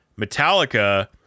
Metallica